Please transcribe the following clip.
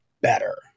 better